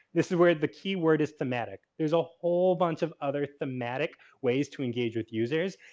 this is where the key word is thematic, there's a whole bunch of other thematic ways to engage with users.